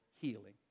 healing